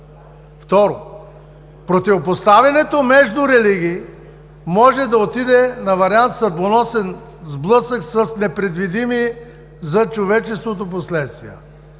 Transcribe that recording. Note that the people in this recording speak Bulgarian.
Второ, противопоставянето между религии може да отиде на вариант съдбоносен сблъсък с непредвидими за човечеството последствия.